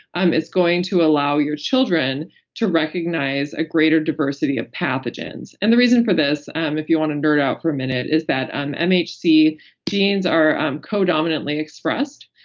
um it's going to allow your children to recognize a greater diversity of pathogens. and the reason for this um if you want to nerd out for a minute is that um mhc genes are um codominantly expressed.